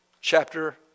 chapter